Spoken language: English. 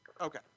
Okay